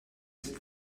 ist